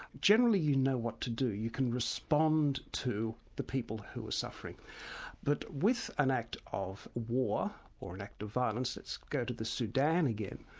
generally you know what to do. you can respond to the people who are suffering but with an act of war, or an act of violence, let's go to the sudan again,